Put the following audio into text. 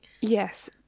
Yes